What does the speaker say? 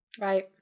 Right